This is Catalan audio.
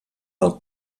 pel